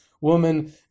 woman